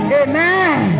amen